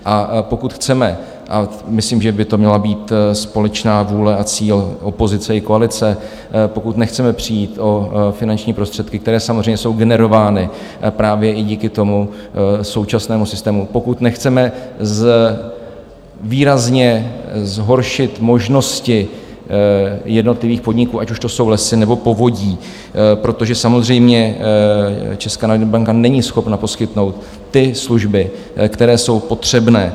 A pokud chceme, a myslím, že by to měla být společná vůle a cíl opozice i koalice, pokud nechceme přijít o finanční prostředky, které samozřejmě jsou generovány právě i díky tomu současnému systému, pokud nechceme výrazně zhoršit možnosti jednotlivých podniků, ať už to jsou Lesy, nebo Povodí, protože samozřejmě Česká národní banka není schopna poskytnout ty služby, které jsou potřebné.